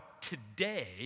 today